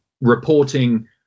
reporting